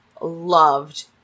loved